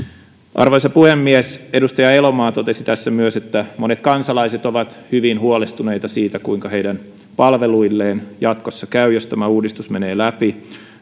arvoisa puhemies edustaja elomaa totesi tässä myös että monet kansalaiset ovat hyvin huolestuneita siitä kuinka heidän palveluilleen jatkossa käy jos tämä uudistus menee läpi